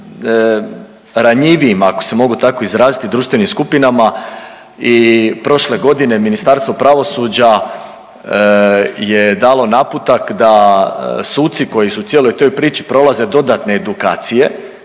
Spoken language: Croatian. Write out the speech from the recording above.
najranjivijima, ako se mogu tako izraziti, društvenim skupinama i prošle godine Ministarstvo pravosuđa je dalo naputak da suci koji su u cijeloj toj priči prolaze dodatne edukacije